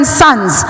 sons